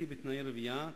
ואני מודה לך על כך.